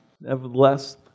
Nevertheless